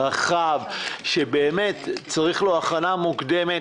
רחב שבאמת מצריך הכנה מוקדמת.